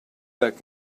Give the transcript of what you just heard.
that